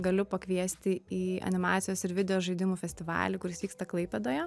galiu pakviesti į animacijos ir video žaidimų festivalį kuris vyksta klaipėdoje